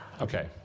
Okay